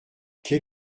quel